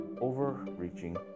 overreaching